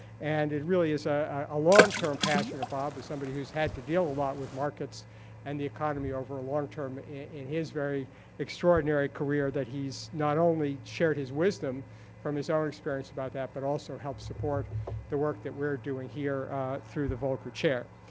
and it really is ah a long-term passion of bob, as somebody who's had to deal a lot with markets and the economy over a long-term, in his very extraordinary career that he's not only shared his wisdom from his own experience about that, but also helped support the work that we're doing here through the volcker chair.